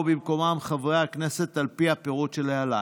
במקומם חברי הכנסת על פי הפירוט שלהלן: